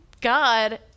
God